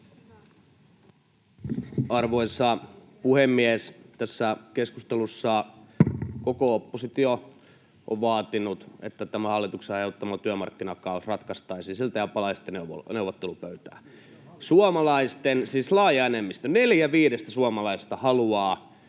Arvoisa puhemies! Tässä keskustelussa koko oppositio on vaatinut, että tämä hallituksen aiheuttama työmarkkinakaaos ratkaistaisiin ja palaisitte neuvottelupöytään. Suomalaisten laaja enemmistö, neljä viidestä suomalaisesta, haluaa,